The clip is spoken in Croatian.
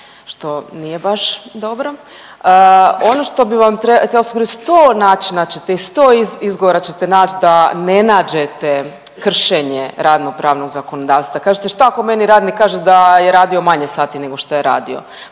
što nije baš dobro, ono što bi vam htjela sugerirati sto načina, sto izgovora ćete nać da ne nađete kršenje radnopravnog zakonodavstva. Kažete šta ako meni radnik kaže da je radio manje sati nego što je radio,